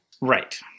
Right